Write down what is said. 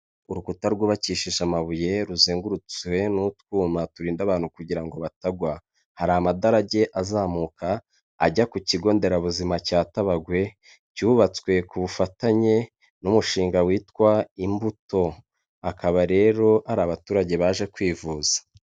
Urukuta rwubakishije amabuye ruzengurutswe n'utwuma turinda abantu kugira ngo batagwa, hari amadarage azamuka ajya ku kigonderabuzima cya Tabagwe cyubatswe ku bufatanye n'umushinga witwa Imbuto, hakaba rero hari abaturage baje kwivuza.